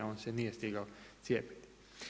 On se nije stigao cijepiti.